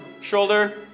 shoulder